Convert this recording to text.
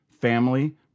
family